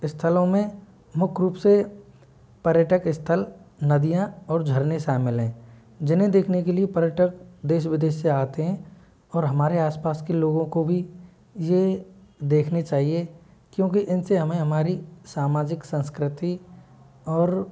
स्थलों में मुख्य रूप से पर्यटक स्थल नदियाँ और झरने शामिल हैं जिन्हें देखने के लिए पर्यटक देश विदेश से आते हैं और हमारे आस पास के लोगों को भी ये देखने चाहिए क्योंकि इनसे हमें हमारी सामाजिक संस्कृति और